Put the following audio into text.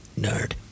Nerd